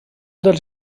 dels